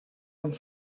amb